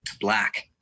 Black